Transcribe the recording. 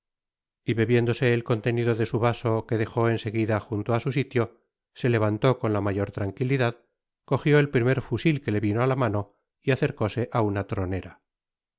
y bebiéndose el contenido de su vaso que dejó en seguida junto á su sitio se levantó con la mayor tranquilidad cogió el primer fusil que le vino á mano y acercóse á una tronera